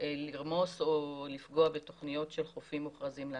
לרמוס או לפגוע בתוכניות של חופים מוכרזים לעתיד.